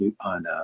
on